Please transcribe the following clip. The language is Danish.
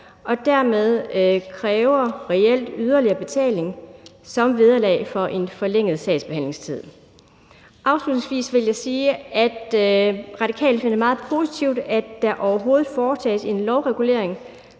og dermed reelt kræver yderligere betaling som vederlag for en forlænget sagsbehandlingstid? Afslutningsvis vil jeg sige, at Radikale finder det meget positivt, at der overhovedet foretages en lovregulering